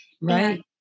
right